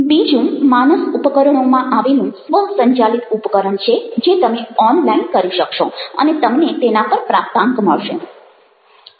બીજું માનસ ઉપકરણોમાં આવેલું સ્વ સંચાલિત ઉપકરણ છે જે તમે ઓનલાઇન કરી શકશો અને તમને તેના પર પ્રાપ્તાંક મળશે